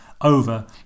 over